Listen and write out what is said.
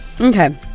Okay